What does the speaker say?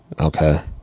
Okay